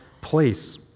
place